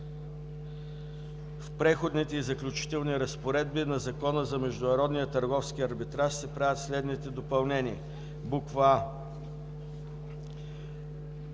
В Преходните и заключителни разпоредби на Закона за международния търговски арбитраж се правят следните допълнения: а)